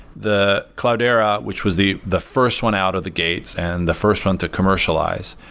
the cloudera, which was the the first one out of the gates and the first one to commercialize,